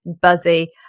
buzzy